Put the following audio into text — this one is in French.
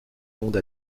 monde